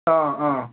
ꯑꯥ ꯑꯥ